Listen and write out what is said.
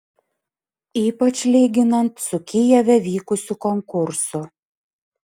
ypač lyginant su kijeve vykusiu konkursu